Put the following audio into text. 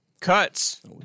Cuts